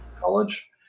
college